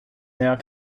now